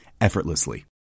effortlessly